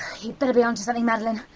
better be onto something, madeleine.